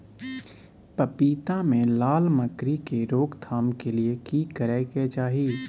पपीता मे लाल मकरी के रोक थाम के लिये की करै के चाही?